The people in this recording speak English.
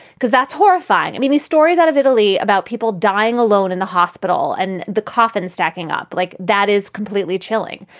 because that's horrifying. i mean, these stories out of italy about people dying alone in the hospital and the coffin stacking up like that is completely chilling.